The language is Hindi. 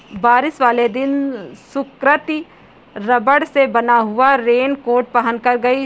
बारिश वाले दिन सुकृति रबड़ से बना हुआ रेनकोट पहनकर गई